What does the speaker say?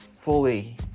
Fully